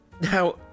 Now